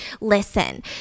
Listen